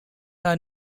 are